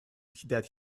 that